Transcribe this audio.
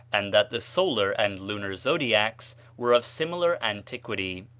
and that the solar and lunar zodiacs were of similar antiquity,